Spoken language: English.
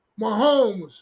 Mahomes